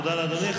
תודה לאדוני.